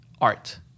art